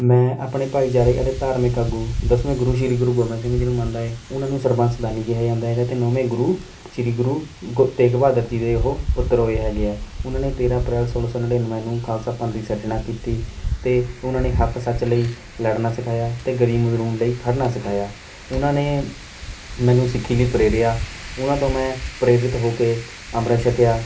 ਮੈਂ ਆਪਣੇ ਭਾਈਚਾਰੇ ਅਤੇ ਧਾਰਮਿਕ ਆਗੂ ਦਸਵੇਂ ਗੁਰੂ ਸ਼੍ਰੀ ਗੁਰੂ ਗੋਬਿੰਦ ਸਿੰਘ ਜੀ ਨੂੰ ਮੰਨਦਾ ਏ ਉਹਨਾਂ ਨੂੰ ਸਰਬੰਸ ਦਾਨੀ ਕਿਹਾ ਜਾਂਦਾ ਹੈਗਾ ਅਤੇ ਨੋਵੇਂ ਗੁਰੂ ਸ਼੍ਰੀ ਗੁਰੂ ਗ ਤੇਗ ਬਹਾਦਰ ਜੀ ਦੇ ਉਹ ਪੁੱਤਰ ਹੋਏ ਹੈਗੇ ਹੈ ਉਹਨਾਂ ਨੇ ਤੇਰ੍ਹਾਂ ਅਪ੍ਰੈਲ ਸੋਲ੍ਹਾਂ ਸੌ ਨੜਿਨਵੇਂ ਨੂੰ ਖਾਲਸਾ ਪੰਥ ਦੀ ਸਿਰਜਣਾ ਕੀਤੀ ਅਤੇ ਉਨ੍ਹਾਂ ਨੇ ਹੱਕ ਸੱਚ ਲਈ ਲੜਨਾ ਸਿਖਾਇਆ ਅਤੇ ਗਰੀਬ ਮਜ਼ਲੂਮ ਲਈ ਖੜ੍ਹਨਾ ਸਿਖਾਇਆ ਉਹਨਾਂ ਨੇ ਮੈਨੂੰ ਸਿੱਖੀ ਲਈ ਪ੍ਰੇਰਿਆ ਉਹਨਾਂ ਤੋਂ ਮੈਂ ਪ੍ਰੇਰਿਤ ਹੋ ਕੇ ਅੰਮ੍ਰਿਤ ਛੱਕਿਆ